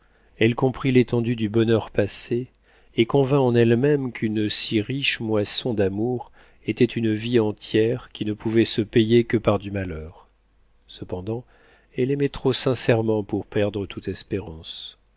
elle comprit l'étendue du bonheur passé et convint en elle-même qu'une si riche moisson d'amour était une vie entière qui ne pouvait se payer que par du malheur cependant elle aimait trop sincèrement pour perdre toute espérance